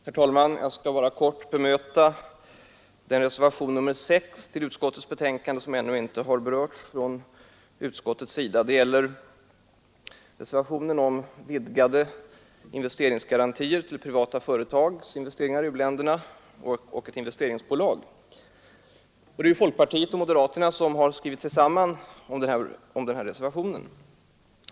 Herr talman! Jag skall bemöta reservationen 6 till utskottets betänkande som ännu inte har berörts från utskottets sida. Det gäller reservationen om vidgade garantier till privata företags investeringar i u-länderna och upprättande av ett utvecklingsbolag. Folkpartiet och moderaterna har skrivit sig samman om denna reservation.